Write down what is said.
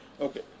okay